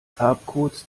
farbcodes